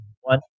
one